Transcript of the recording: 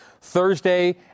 Thursday